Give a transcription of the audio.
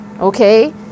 okay